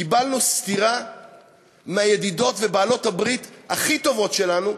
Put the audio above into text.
קיבלנו סטירה מהידידות ובעלות הברית הכי טובות שלנו,